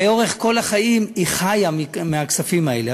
לאורך כל החיים היא חיה מהכספים האלה.